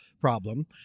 problem